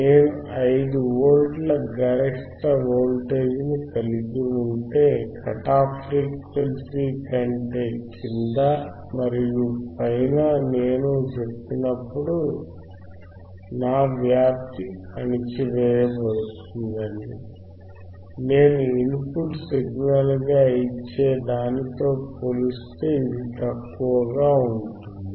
నేను 5 వోల్ట్ల గరిష్ట వోల్టేజ్ను కలిగి ఉంటే కట్ ఆఫ్ ఫ్రీక్వెన్సీ కంటే క్రింద మరియు పైన నేను చెప్పినప్పుడు నా వ్యాప్తి అణచివేయబడుతుందని నేను ఇన్పుట్ సిగ్నల్గా ఇచ్చే దానితో పోలిస్తే ఇది తక్కువగా ఉంటుంది